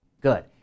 good